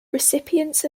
recipients